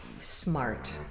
smart